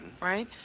right